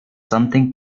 something